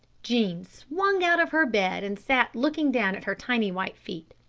jean swung out of her bed and sat looking down at her tiny white feet.